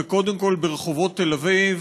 וקודם כול ברחובות תל-אביב,